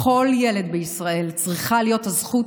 לכל ילד בישראל צריכה להיות הזכות